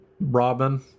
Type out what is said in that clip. Robin